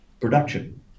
production